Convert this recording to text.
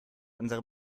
unserer